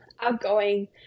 outgoing